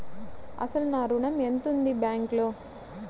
అసలు నా ఋణం ఎంతవుంది బ్యాంక్లో?